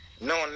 No